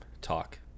talk